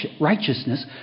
righteousness